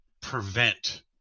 prevent